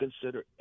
consider